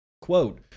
Quote